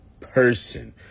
person